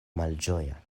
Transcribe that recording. malĝoja